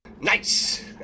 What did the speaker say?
Nice